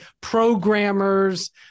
programmers